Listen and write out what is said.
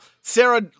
Sarah –